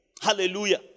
Hallelujah